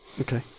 Okay